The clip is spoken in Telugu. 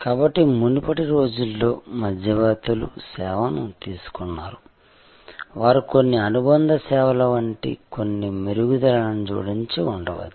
కాబట్టి మునుపటి రోజుల్లో మధ్యవర్తులు సేవను తీసుకున్నారు వారు కొన్ని అనుబంధ సేవల వంటి కొన్ని మెరుగుదలలను జోడించి ఉండవచ్చు